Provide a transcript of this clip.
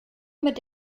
mit